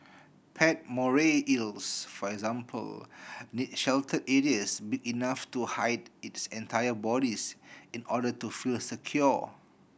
pet moray eels for example need sheltered areas big enough to hide its entire bodies in order to feel secure